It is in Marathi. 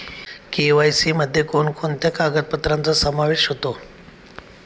के.वाय.सी मध्ये कोणकोणत्या कागदपत्रांचा समावेश होतो?